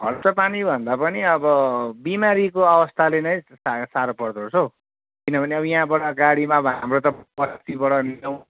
खर्च पानीभन्दा पनि अब बिमारीको अवस्थाले नै सा साह्रो पर्दो रहेछ हो किनभने अब यहाँबाट गाडीमा अब हाम्रो त बस्तीबाट ल्याउनु